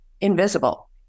invisible